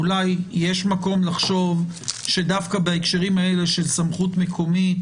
אולי יש מקום לחשוב שדווקא בהקשרים האלה של סמכות מקומית,